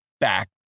back